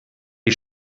die